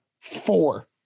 four